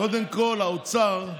קודם כול, האוצר,